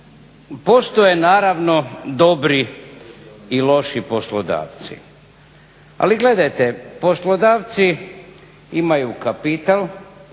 Postoje naravno dobri i loši poslodavci. Ali gledajte, poslodavci imaju kapital,